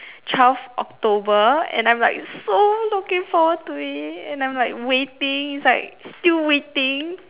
twelve october and I'm like so looking forward to it and I'm like waiting it's like still waiting